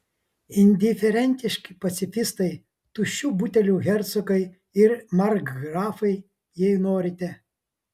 indiferentiški pacifistai tuščių butelių hercogai ir markgrafai jei norite